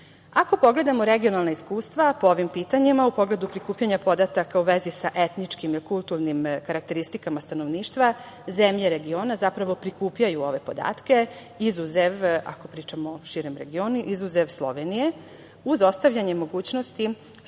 pogledamo regionalna iskustva po ovim pitanjima u pogledu prikupljanja podataka u vezi sa etničkim i kulturnim karakteristikama stanovništva, zemlje regiona zapravo prikupljaju ove podatke, ako pričamo o širem regionu, izuzev Slovenije, uz ostavljanje mogućnosti